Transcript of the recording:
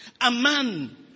Aman